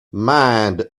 mind